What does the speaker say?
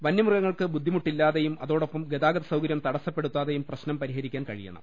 വന്യമൃഗങ്ങൾക്ക് ബുദ്ധിമുട്ടില്ലാതെയും അതോടൊപ്പം ഗതാഗത സൌകര്യം തടസ്സപ്പെടുത്താതെയും പ്രശ്നം പരിഹരി ക്കാൻ കഴിയണം